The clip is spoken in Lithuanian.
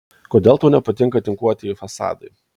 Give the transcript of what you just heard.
kodėl tau nepatinka tinkuotieji fasadai